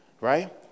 right